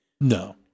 No